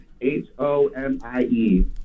H-O-M-I-E